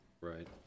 Right